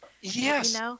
Yes